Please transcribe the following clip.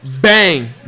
bang